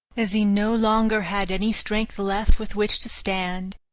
as he no longer had any strength left with which to stand,